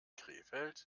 krefeld